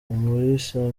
umulisa